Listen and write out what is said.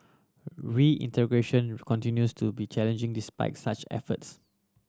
reintegration continues to be challenging despite such efforts